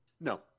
No